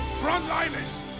Frontliners